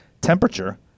temperature